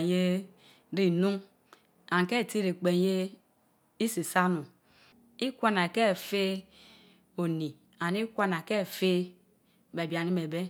Ye re nnu and ka ie re epe ye isi so nnun, ikwanake fe oni and ikwa na ke te be bia ni me ben